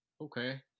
Okay